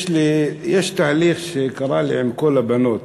יש תהליך שקרה לי עם כל הבנות.